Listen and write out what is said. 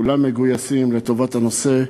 כולם מגויסים לטובת הנושא,